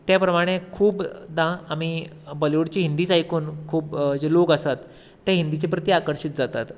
ते प्रमाणे खुबदां आमी बाॅलीवूडची हिंदीच आयकून खूब जे लोक आसात ते हिंदीचे प्रती आकर्शीत जातात